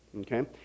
okay